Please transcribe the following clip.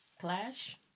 clash